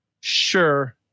sure